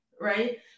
right